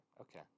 Okay